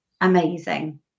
amazing